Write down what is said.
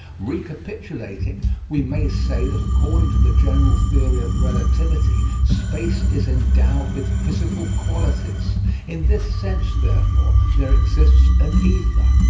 recapitulating, we may say that according to the general theory of relativity space is endowed with physical qualities in this sense, therefore, there exists an ether.